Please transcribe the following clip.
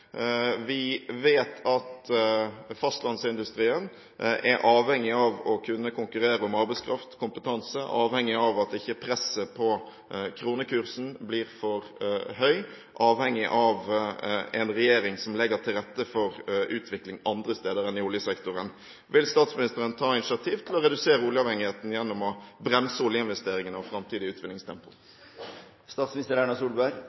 Vi vet at fastlandsindustrien er avhengig av å kunne konkurrere om arbeidskraft, kompetanse, er avhengig av at ikke presset på kronekursen blir for høy og avhengig av en regjering som legger til rette for utvikling andre steder enn i oljesektoren. Vil statsministeren ta initiativ til å redusere oljeavhengigheten gjennom å bremse oljeinvesteringene og framtidig